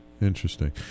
Interesting